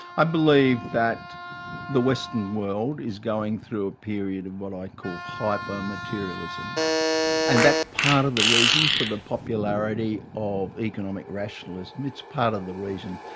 i believe that the western world is going through a period of, what i call, hyper-materialism and that's part of the reason for the popularity of economic rationalism it's part of the reason.